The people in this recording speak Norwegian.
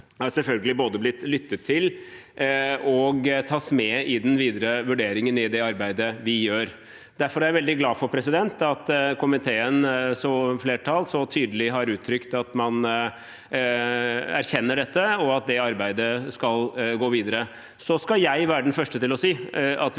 har selvfølgelig blitt lyttet til og vil tas med i den videre vurderingen i det arbeidet vi gjør. Derfor er jeg veldig glad for at komiteens flertall så tydelig har uttrykt at man erkjenner dette, og at det arbeidet skal gå videre. Jeg skal være den første til å si at